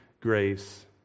grace